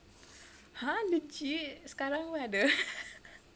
!huh! legit sekarang pun ada